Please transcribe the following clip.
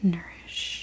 Nourish